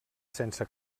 sense